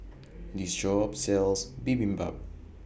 This Shop sells Bibimbap